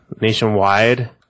nationwide